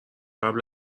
قبل